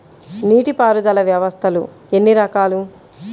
నీటిపారుదల వ్యవస్థలు ఎన్ని రకాలు?